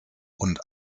und